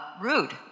rude